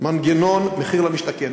מנגנון מחיר למשתכן.